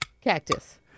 Cactus